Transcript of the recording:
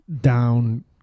down